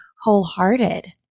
wholehearted